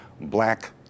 black